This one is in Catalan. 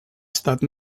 estat